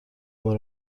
بار